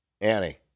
Annie